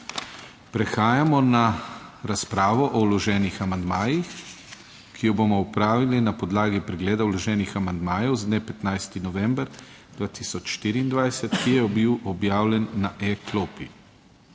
Prehajamo na razpravo o vloženih amandmajih, ki jo bomo opravili na podlagi pregleda vloženih amandmajev z dne 15. november 2024, ki je bil objavljen na e-klopi.